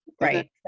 Right